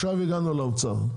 הגענו לאוצר.